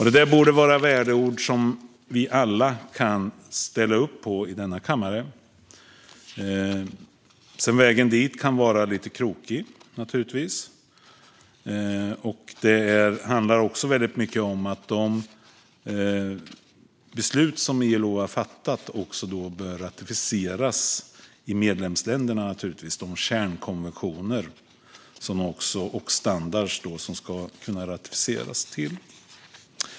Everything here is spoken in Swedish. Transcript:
Det här borde vara värdeord som vi alla i denna kammare kan ställa upp på. Sedan kan vägen dit naturligtvis vara lite krokig. Det handlar också mycket om att de beslut som ILO har fattat bör ratificeras i medlemsländerna; kärnkonventioner och standarder.